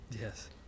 Yes